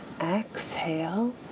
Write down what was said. Exhale